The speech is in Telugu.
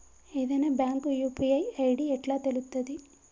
ఏదైనా బ్యాంక్ యూ.పీ.ఐ ఐ.డి ఎట్లా తెలుత్తది?